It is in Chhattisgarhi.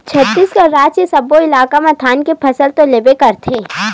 छत्तीसगढ़ राज के सब्बो इलाका म धान के फसल तो लेबे करथे